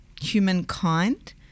humankind